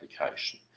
application